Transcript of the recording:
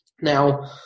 Now